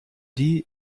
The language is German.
die